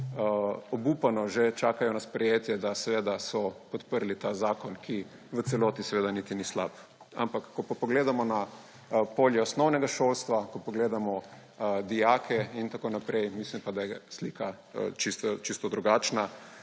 obupano čakali na sprejetje, da so seveda podprli ta zakon, ki v celoti niti ni slab, ampak ko pogledamo na polje osnovnega šolstva, ko pogledamo dijake in tako naprej, mislim, da je pa slika čisto drugačna.